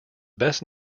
best